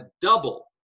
double